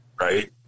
Right